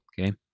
okay